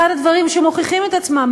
אחד הדברים שמוכיחים את עצמם.